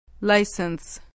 License